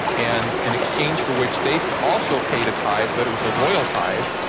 and in exchange for which they also paid a tithe but it was a royal tithe,